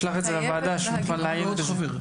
שלח אל הוועדה שנוכל לעיין בזה.